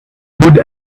good